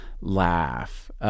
laugh